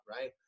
right